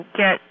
get